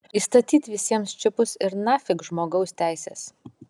įstatyt visiems čipus ir nafik žmogaus teisės